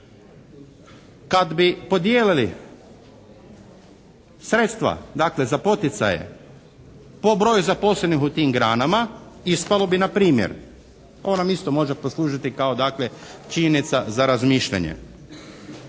kad bi podijelili sredstva, dakle, za poticaje po broju zaposlenih u tim granama ispalo bi npr., ovo nam isto može poslužiti kao dakle činjenica za razmišljanje.